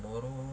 tomorrow